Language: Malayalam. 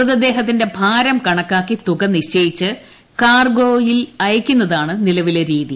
മൃതദേഹത്തിന്റെ ഭാരം കണക്കാക്കി തുകനിശ്ചയിച്ച് കാർഗോ അയയ്ക്കുന്നതാണ് നിലവിലെ രീതി